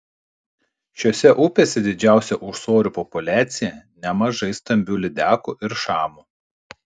šiose upėse didžiausia ūsorių populiacija nemažai stambių lydekų ir šamų